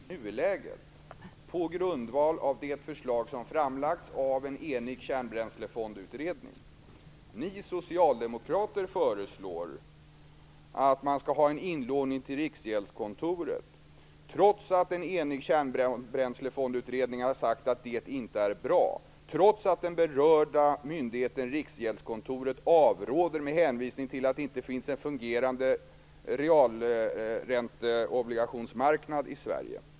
Fru talman! Moderaterna och kristdemokraterna föreslår inte en fri placeringsrätt. Vi föreslår en friare placeringsrätt än i nuläget på grundval av det förslag om framlagts av en enig Kärnbränslefondutredning. Ni socialdemokrater föreslår att man skall ha en inlåning till Riksgäldskontoret, trots att en enig Kärnbränslefondutredning har sagt att det inte är bra, och trots att den berörda myndigheten Riksgäldskontoret avråder med hänvisning till att det inte finns en fungerande realränteobligationsmarknad i Sverige.